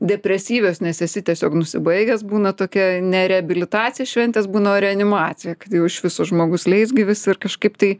depresyvios nes esi tiesiog nusibaigęs būna tokia ne reabilitacija šventės būna o reanimacija kad jau iš viso žmogus leisgyvis ir kažkaip tai